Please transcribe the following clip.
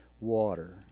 water